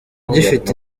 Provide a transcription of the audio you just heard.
gifite